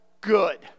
good